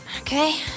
okay